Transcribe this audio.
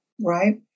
right